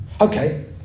Okay